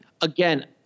Again